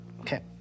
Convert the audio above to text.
Okay